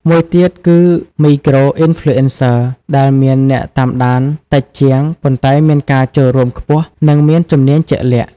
មួយទៀតគឺ Micro-Influencers ដែលមានអ្នកតាមដានតិចជាង ប៉ុន្តែមានការចូលរួមខ្ពស់ និងមានជំនាញជាក់លាក់។